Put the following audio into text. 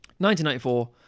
1994